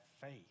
faith